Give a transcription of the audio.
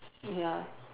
ya